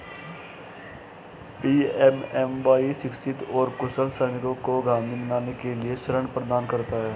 PMMY शिक्षित और कुशल श्रमिकों को उद्यमी बनने के लिए ऋण प्रदान करता है